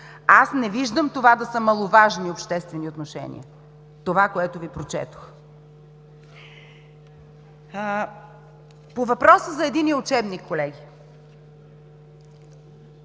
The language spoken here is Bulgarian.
Аз не виждам това да са маловажни обществени отношения. Това, което Ви прочетох. По въпроса за единния учебник, колеги.